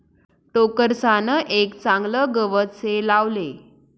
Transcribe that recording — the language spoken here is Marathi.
टोकरसान एक चागलं गवत से लावले